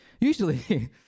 usually